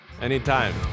Anytime